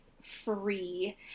free